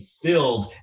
filled